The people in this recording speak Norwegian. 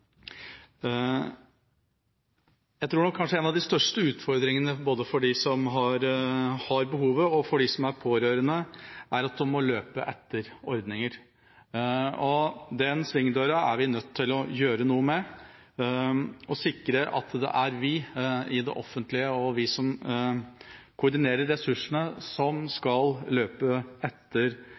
Jeg tror nok kanskje en av de største utfordringene både for dem som har behovet, og for dem som er pårørende, er at de må løpe etter ordninger. Den svingdøra er vi nødt til å gjøre noe med og sikre at det er vi i det offentlige som skal koordinere ressursene og løpe etter